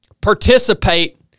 participate